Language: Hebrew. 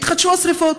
יתחדשו השרפות.